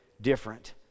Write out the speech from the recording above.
different